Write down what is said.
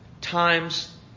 times